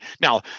Now